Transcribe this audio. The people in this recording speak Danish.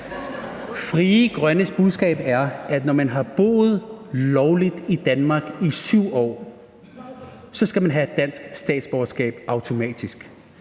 Frie Grønnes budskab er, at når man har boet lovligt i Danmark i 7 år, skal man have et dansk statsborgerskab, automatisk.